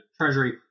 Treasury –